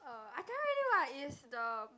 oh I tell you already what is the